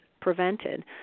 prevented